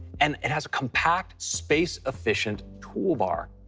and it has a compact, space-efficient toolbar.